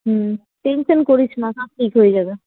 হুম tension করিস না সব ঠিক হয়ে যাবে